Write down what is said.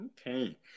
Okay